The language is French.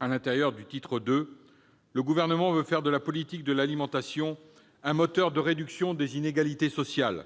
à l'intérieur du titre II, le Gouvernement veut faire de la politique de l'alimentation un moteur de réduction des inégalités sociales.